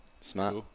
Smart